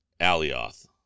Alioth